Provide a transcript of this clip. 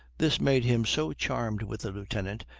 this made him so charmed with the lieutenant,